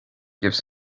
gives